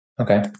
okay